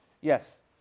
yes